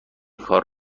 کار